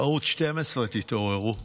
ערוץ 12, תתעוררו.